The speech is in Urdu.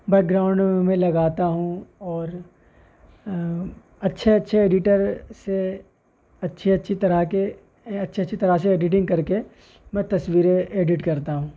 بیک گراؤنڈ میں میں لگاتا ہوں اور اچھے اچھے ایڈیٹر سے اچھی اچھی طرح کے اچھی اچھی طرح سے ایڈیٹنگ کر کے میں تصویریں ایڈٹ کرتا ہوں